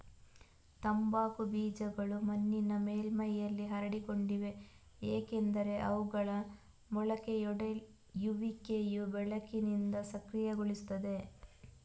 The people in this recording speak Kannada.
ತಂಬಾಕು ಬೀಜಗಳು ಮಣ್ಣಿನ ಮೇಲ್ಮೈಯಲ್ಲಿ ಹರಡಿಕೊಂಡಿವೆ ಏಕೆಂದರೆ ಅವುಗಳ ಮೊಳಕೆಯೊಡೆಯುವಿಕೆಯು ಬೆಳಕಿನಿಂದ ಸಕ್ರಿಯಗೊಳ್ಳುತ್ತದೆ